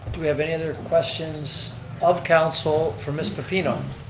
do we have any other questions of council for miss pepino?